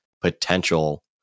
potential